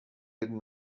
did